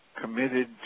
committed